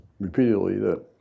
repeatedly—that